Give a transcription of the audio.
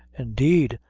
indeed,